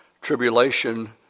tribulation